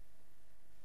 אני